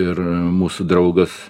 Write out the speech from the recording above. ir mūsų draugas